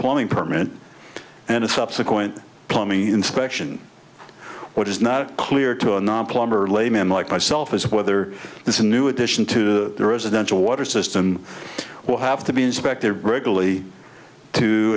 plumbing permit and a subsequent plumbing inspection which is not clear to a non plumber layman like myself is whether this is a new addition to the residential water system will have to be inspected regularly to